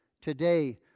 today